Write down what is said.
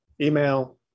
email